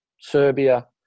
Serbia